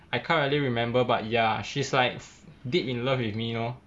I can't really remember but ya she's like deep in love with me know